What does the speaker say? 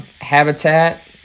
Habitat